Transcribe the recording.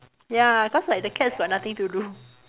ya cause like the cats got nothing to do